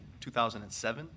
2007